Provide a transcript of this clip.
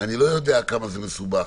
כמה זה מסובך,